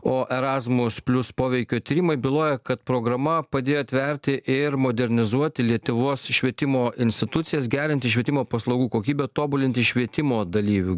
o erasmus plius poveikio tyrimai byloja kad programa padėjo atverti ir modernizuoti lietuvos švietimo institucijas gerinti švietimo paslaugų kokybę tobulinti švietimo dalyvių